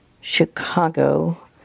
Chicago